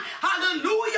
Hallelujah